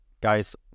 Guys